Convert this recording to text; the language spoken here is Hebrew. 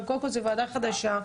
אבל קודם כל זו ועדה חדשה,